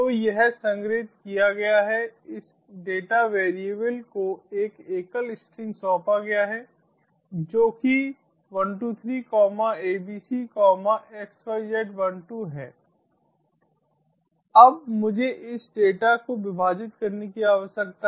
तो यह संग्रहीत किया गया है इस डेटा वेरिएबल को एक एकल स्ट्रिंग सौंपा गया है जो कि 123 abc xyz12 है अब मुझे इस डेटा को विभाजित करने की आवश्यकता है